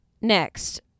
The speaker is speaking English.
Next